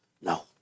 No